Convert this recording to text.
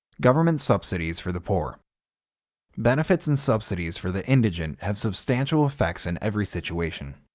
government subsidies for the poor benefits and subsidies for the indigent have substantial effects in every situation.